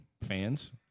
fans